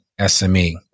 SME